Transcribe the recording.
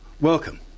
welcome